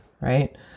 right